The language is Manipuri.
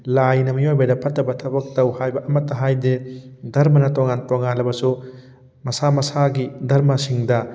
ꯂꯥꯏꯅ ꯃꯤꯑꯣꯏꯕꯗ ꯐꯠꯇꯕ ꯊꯕꯛ ꯇꯧ ꯍꯥꯏꯕ ꯑꯃꯠꯇ ꯍꯥꯏꯗꯦ ꯙꯔꯃꯅ ꯇꯣꯉꯥꯜ ꯇꯣꯉꯥꯜꯂꯕꯁꯨ ꯃꯁꯥ ꯃꯁꯥꯒꯤ ꯙꯔꯃꯁꯤꯡꯗ